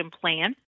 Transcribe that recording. plan